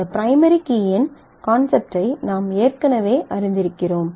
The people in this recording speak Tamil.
இந்த பிரைமரி கீயின் கான்செப்ட் ஐ நாம் ஏற்கனவே அறிந்திருக்கிறோம்